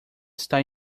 está